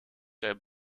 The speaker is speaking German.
der